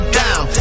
down